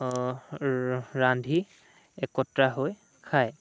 ৰান্ধি একত্ৰা হৈ খায়